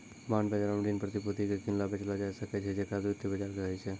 bond बजारो मे ऋण प्रतिभूति के किनलो बेचलो जाय सकै छै जेकरा द्वितीय बजार कहै छै